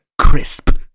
Crisp